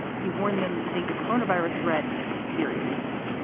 he warned them to take the coronavirus threat seriously.